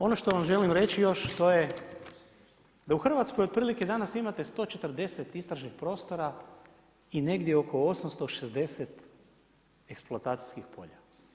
Ono što vam želim reći još to je, da u Hrvatskoj otprilike danas imate 140 istražnih prostora i negdje oko 860 eksploatacijskih polja.